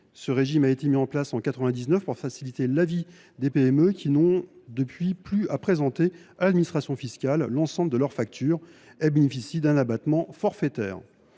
Ce régime a été mis en place en 1999 pour faciliter la vie des PME qui n’ont, depuis lors, plus à présenter à l’administration fiscale l’ensemble de leurs factures et bénéficient d’un abattement forfaitaire.